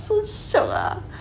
so shiok ah